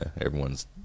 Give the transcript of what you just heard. everyone's